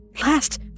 last